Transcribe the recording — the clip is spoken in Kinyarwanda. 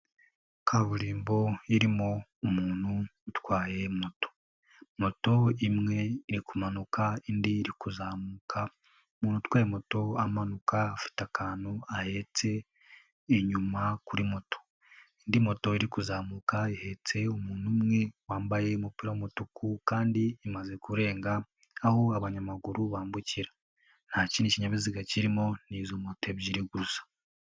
Kaburimbo irimo umuntu utwaye moto. Moto imwe irikumanuka indi iri kuzamuka, umuntu utwaye moto amanuka afite akantu ahetse inyuma kuri moto. Indi moto iri kuzamuka ihetse umuntu umwe wambaye umupira w'umutuku kandi imaze kurenga aho abanyamaguru bambukira. Nta kindi kinyabiziga kirimo ni izo moto ebyiri gusa.